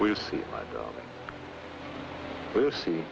we'll see we'll see